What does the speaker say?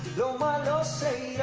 so malo and se